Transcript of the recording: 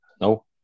No